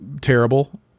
terrible